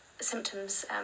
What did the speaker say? symptoms